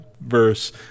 verse